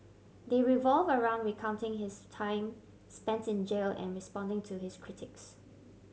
they revolve around recounting his time spents in jail and responding to his critics